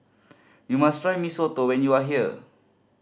you must try Mee Soto when you are here